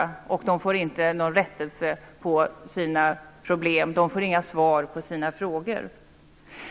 De får inte någon rättelse på sina problem och inga svar på sina frågor.